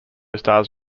stars